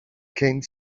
came